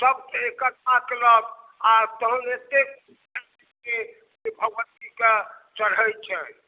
सभ एकट्ठा केलक आओर तहन एतेक तरहके भगवतीके चढ़ै छनि